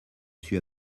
suis